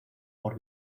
por